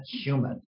human